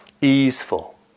easeful